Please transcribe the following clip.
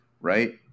right